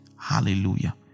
Hallelujah